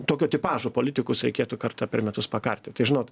tokio tipažo politikus reikėtų kartą per metus pakarti tai žinot